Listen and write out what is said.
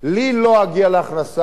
אני לא אגיע להכנסה,